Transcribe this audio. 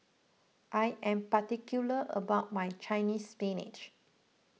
I am particular about my Chinese Spinach